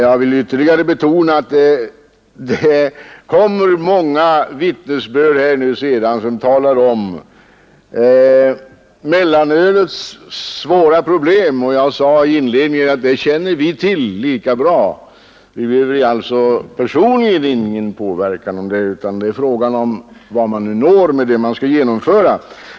Jag vill ytterligare betona att det nu kommer vittnesbörd från många talare om de svåra problem som sammanhänger med mellanölet, och jag sade inledningsvis att vi känner till detta lika bra. Jag påverkas alltså inte personligen av dessa vittnesbörd, utan frågan är vilka resultat man uppnår med de åtgärder man vill genomföra.